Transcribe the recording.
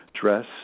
dress